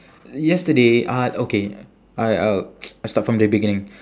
yesterday uh okay I I'll I start from the beginning